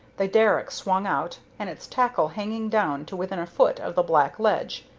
the derrick swung out, and its tackle hanging down to within a foot of the black ledge,